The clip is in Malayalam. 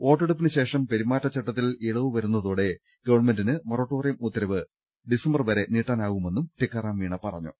വോട്ടെടുപ്പിന് ശേഷം പെരുമാറ്റച്ചട്ടത്തിൽ ഇളവ് വരുന്ന തോടെ ഗവൺമെന്റിന് മൊറട്ടോറിയം ഉത്തരവ് ഡിസംബർ വരെ നീട്ടാനാവുമെന്നും ടിക്കാറാം മീണ പറഞ്ഞു